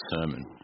sermon